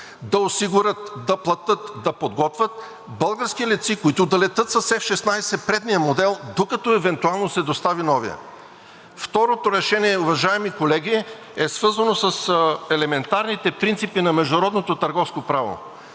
да осигурят, да платят, да подготвят български летци, които да летят с F-16 предния модел, докато евентуално се достави новият? Второто решение, уважаеми колеги, е свързано с елементарните принципи на международното търговско право